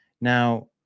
Now